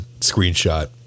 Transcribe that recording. screenshot